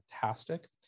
fantastic